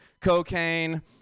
cocaine